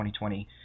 2020